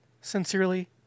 sincerely